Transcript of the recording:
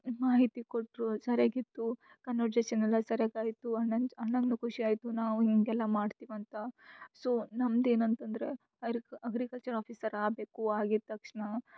ಮಾಹಿತಿ ಕೊಟ್ಟರು ಸರಿಯಾಗಿತ್ತು ಕನ್ವರ್ಸೇಷನ್ ಎಲ್ಲ ಸರ್ಯಾಗಿ ಆಯಿತು ಅಣ್ಣಂಗೆ ಅಣ್ಣಂಗೆ ಖುಷಿ ಆಯಿತು ನಾವು ಹಿಂಗೆಲ್ಲ ಮಾಡ್ತೀವಂತ ಸೊ ನಮ್ದು ಏನು ಅಂತಂದರೆ ಅರ್ಗ್ ಅಗ್ರಿಕಲ್ಚರ್ ಆಫೀಸರ್ ಆಗಬೇಕು ಆಗಿದ ತಕ್ಷಣ